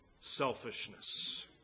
selfishness